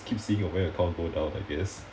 keep seeing your bank account go down I guess